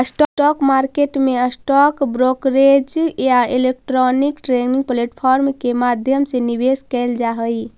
stock market में stock brokerage या electronic trading platform के माध्यम से निवेश कैल जा हइ